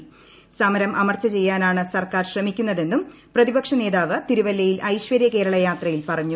ക്സ്മര്ം അമർച്ച ചെയ്യാനാണ് സർക്കാർ ശ്രമിക്കുന്നതെന്നുറ്റ പ്രെയിപക്ഷ നേതാവ് തിരുവല്ലയിൽ ഐശ്വര്യ കേരള യാത്രയിൽ പുർഞ്ഞു